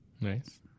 nice